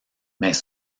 mais